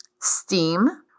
Steam